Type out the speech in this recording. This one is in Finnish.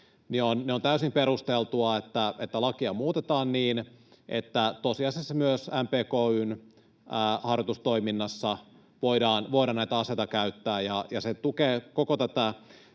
on täysin perusteltua, että lakia muutetaan niin, että tosiasiassa myös MPK:n harjoitustoiminnassa voidaan näitä aseita käyttää. Se tukee koko tätä